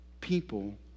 People